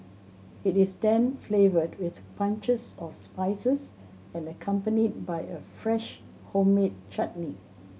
it is then flavoured with punches of spices and accompanied by a fresh homemade chutney